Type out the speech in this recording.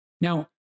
now